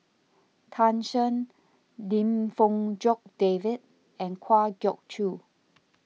Tan Shen Lim Fong Jock David and Kwa Geok Choo